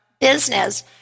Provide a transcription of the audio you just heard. business